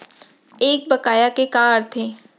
एक बकाया के का अर्थ हे?